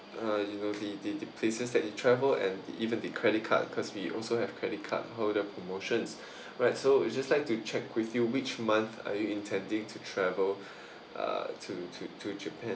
uh you know the the the places that you travel and even the credit card because we also have credit card holder promotions right so we just like to check with you which month are you intending to travel uh to to to japan